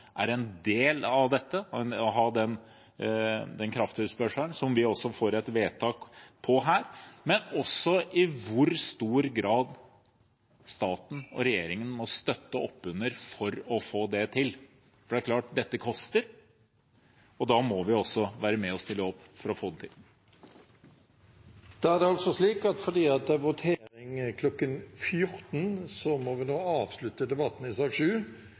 er en del av dette, å ha den kraftetterspørselen – som vi også får et vedtak på her – men også i hvor stor grad staten og regjeringen må støtte oppunder for å få det til, for det er klart at dette koster, og da må vi også være med og stille opp for å få det til. Vi må foreløpig avslutte debatten i sak nr. 7 fordi det er votering kl. 14. Stortinget er klar til å gå til votering i